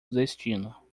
destino